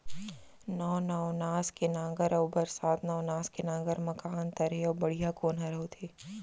नौ नवनास के नांगर अऊ बरसात नवनास के नांगर मा का अन्तर हे अऊ बढ़िया कोन हर होथे?